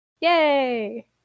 Yay